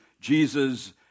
Jesus